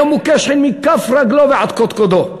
היה מוכה שחין מכף רגלו ועד קדקודו,